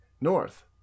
north